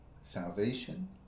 salvation